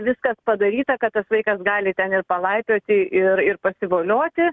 viskas padaryta kad tas vaikas gali ten ir palaipioti ir ir pasivolioti